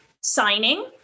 signing